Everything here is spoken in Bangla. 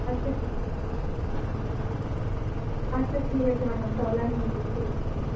আচ্ছা আচ্ছা ঠিক আছে ম্যাডাম তাহলে আমি রেখে দিচ্ছি